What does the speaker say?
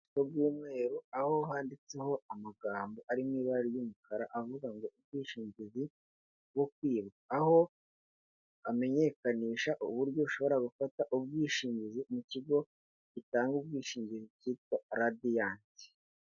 Urupapuro rw'umweru, aho handitseho amagambo ari mu ibara ry'umukara avuga ngo "ubwishingizi bwo kwibwa". Aho amenyekanisha uburyo ushobora gufata ubwishingizi mu kigo gitanga ubwishingizi cyitwa Radiant.